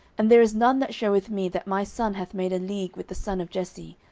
and there is none that sheweth me that my son hath made a league with the son of jesse,